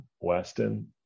Weston